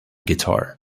guitar